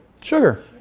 Sugar